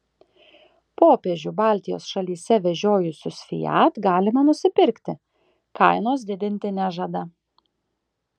popiežių baltijos šalyse vežiojusius fiat galima nusipirkti kainos didinti nežada